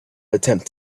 attempt